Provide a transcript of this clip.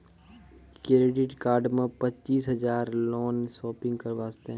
Credit card मे पचीस हजार हजार लोन शॉपिंग वस्ते?